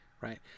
right